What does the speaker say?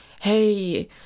hey